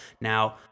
Now